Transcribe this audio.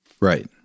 Right